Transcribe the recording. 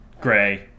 gray